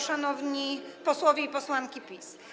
Szanowni Posłowie i Posłanki PiS!